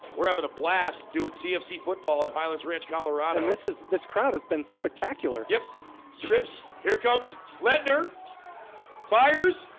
we're having a blast do at cfc football at highlands ranch, colorado and this is this crowd has been spectacular. yep trips here comes leonard fires